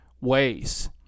ways